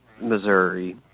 Missouri